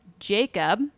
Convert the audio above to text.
jacob